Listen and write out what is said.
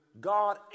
God